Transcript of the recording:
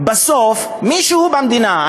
בסוף מישהו במדינה,